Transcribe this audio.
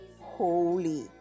holy